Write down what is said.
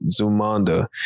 Zumanda